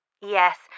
Yes